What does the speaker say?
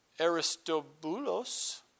Aristobulus